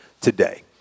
today